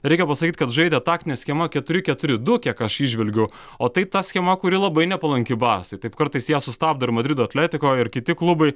reikia pasakyt kad žaidė taktine schema keturi keturi du kiek aš įžvelgiu o tai ta schema kuri labai nepalanki barsai taip kartais ją sustabdo ir madrido atletiko ir kiti klubai